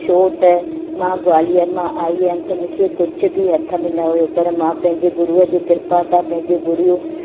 छो त मां ग्वालियर मां आई हुयमि त मूंखे कुझु बि हथ में न हुयो पर मां पंहिंजे गुरूअ जे कृपा सां पंहिंजे गुरू जो